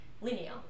linear